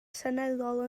seneddol